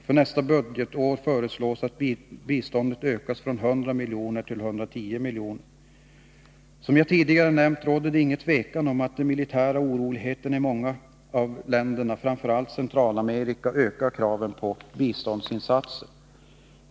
För nästa budgetår föreslås en ökning från 100 129 Som jag tidigare nämnde råder det ingen tvekan om att de militära oroligheterna i många länder, framför allt i Centralamerika, ökar kraven på biståndsinsatser.